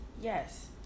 Yes